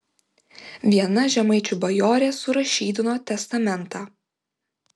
viena žemaičių bajorė surašydino testamentą